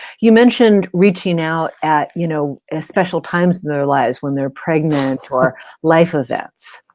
you mentioned reaching out at you know ah special times in their lives when they're pregnant or life events.